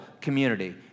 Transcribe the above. community